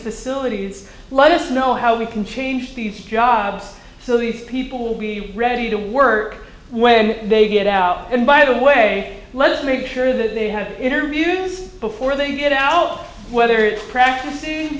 facilities let us know how we can change these jobs so these people will be ready to work when they get out and by the way let's make sure that they have interviews before they get out whether it's practicing